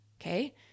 Okay